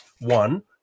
one